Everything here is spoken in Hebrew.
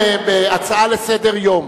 שבהצעה לסדר-היום